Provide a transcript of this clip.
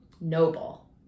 noble